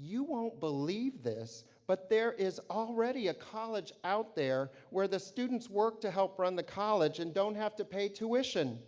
you won't believe this, but there is already a college out there where the students work to help run the college and don't have to pay tuition.